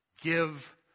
give